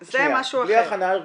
בלי הכנה ארגונית.